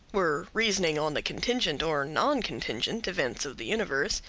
were reasoning on the contingent or non-contingent events of the universe,